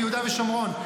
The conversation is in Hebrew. ביהודה ושומרון.